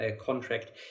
contract